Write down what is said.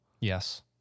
Yes